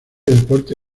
deporte